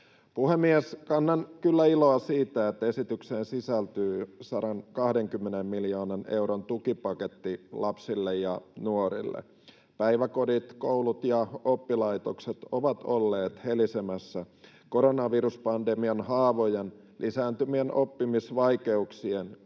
Puhemies! Kannan kyllä iloa siitä, että esitykseen sisältyy 120 miljoonan euron tukipaketti lapsille ja nuorille. Päiväkodit, koulut ja oppilaitokset ovat olleet helisemässä koronaviruspandemian haavojen, lisääntyvien oppimisvaikeuksien